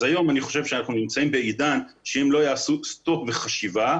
אני חושב שהיום אנחנו בעידן שצריך לעשות סטופ וחשיבה,